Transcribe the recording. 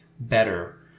Better